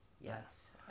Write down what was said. Yes